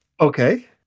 Okay